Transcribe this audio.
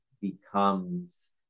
becomes